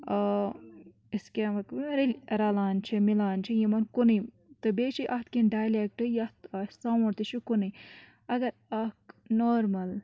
أسۍ کیٛاہ ہٮ۪کوُ رَلان چھِ مِلان چھِ یِمَن کُنُے تہٕ بیٚیہِ چھِ اَتھ کینٛہہ ڈایلیکٹ یَتھ اَسہِ ساوُنٛڈ تہِ چھُ کُنُے اگر اَکھ نارمَل